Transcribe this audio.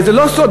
הרי זה לא סוד,